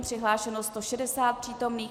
Přihlášeno 160 přítomných.